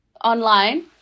Online